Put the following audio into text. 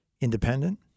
independent